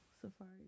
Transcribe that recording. safari